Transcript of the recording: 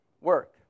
work